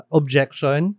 objection